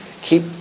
keep